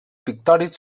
pictòrics